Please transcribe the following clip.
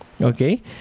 Okay